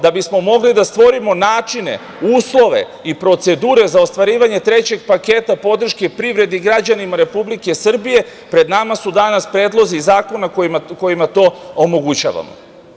Da bismo mogli da stvorimo načine, uslove i procedure za ostvarivanje trećeg paketa podrške privredi i građanima Republike Srbije, pred nama su danas predlozi zakona kojima to omogućavamo.